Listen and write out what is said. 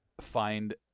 find